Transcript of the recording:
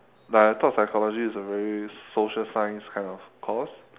like I thought psychology is a very social science kind of course